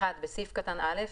בסעיף קטן (א),